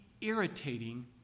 irritating